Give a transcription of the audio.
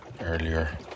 earlier